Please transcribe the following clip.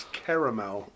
caramel